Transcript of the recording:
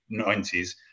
90s